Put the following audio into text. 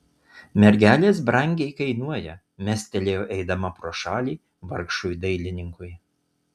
mergelės brangiai kainuoja mestelėjo eidama pro šalį vargšui dailininkui